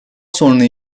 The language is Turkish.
sonra